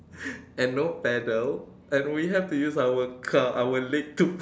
and no paddle and we have to use our car our leg to